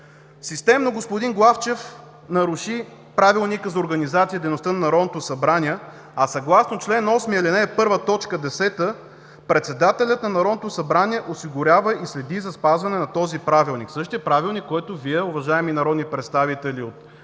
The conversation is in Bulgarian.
Системно господин Главчев нарушава Правилника за организацията и дейността на Народното събрание, а съгласно чл. 8, ал. 1, т. 10 – Председателят на Народното събрание осигурява и следи за спазване на този Правилник, същият Правилник, който Вие, уважаеми народни представители